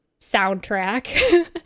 soundtrack